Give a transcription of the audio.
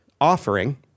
offering